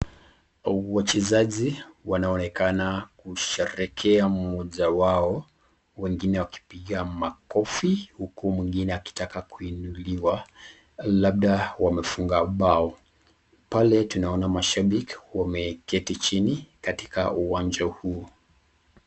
Wachezaji wanaonekana kusherehekea mmoja wao, wengine wakipiga makofi huku mwingine akitaka kuinuliwa. Labda wamefunga bao. Pale tunaona mashabiki wameketi chini katika uwanja huu.